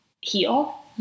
heal